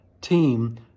team